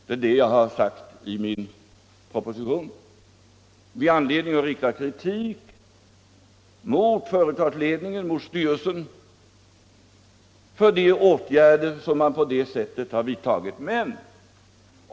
Det är det jag har sagt i min proposition. Vi har anledning att rikta kritik mot företagsledningen — mot styrelsen — för de åtgärder som man på det sättet har vidtagit.